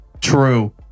true